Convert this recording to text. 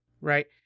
right